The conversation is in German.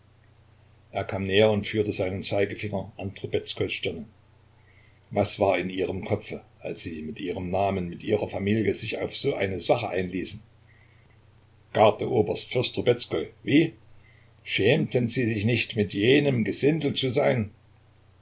er kam näher und führte seinen zeigefinger an trubezkois stirne was war in ihrem kopfe als sie mit ihrem namen mit ihrer familie sich auf so eine sache einließen gardeoberst fürst trubezkoi wie schämten sie sich nicht mit jenem gesindel zu sein